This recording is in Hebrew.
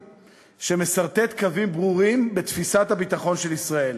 שמסרטט קווים ברורים בתפיסת הביטחון של ישראל.